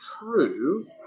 true